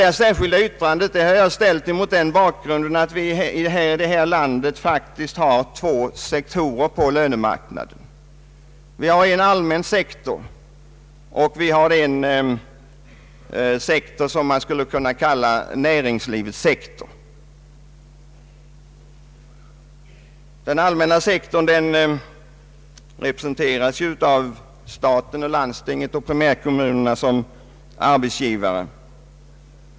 Detta särskilda yttrande har jag avgivit mot bakgrunden av att vi i det här landet faktiskt har två sektorer på lönemarknaden: en allmän sektor och en sektor som man skulle kunna kalla näringslivets sektor. Den allmänna sektorn representeras av staten, landstingen och primärkommunerna som arbetsgivare.